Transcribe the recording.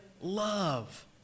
love